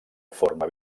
forma